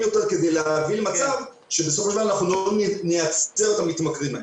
יותר כדי להביא למצב שבסופו של דבר לא נייצר את המתמכרים האלה.